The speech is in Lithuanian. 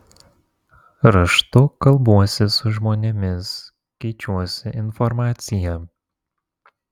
raštu kalbuosi su žmonėmis keičiuosi informacija